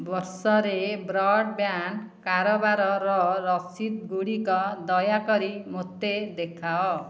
ବର୍ଷରେ ବ୍ରଡ଼୍ବ୍ୟାଣ୍ଡ କାରବାରର ରସିଦ ଗୁଡ଼ିକ ଦୟାକରି ମୋତେ ଦେଖାଅ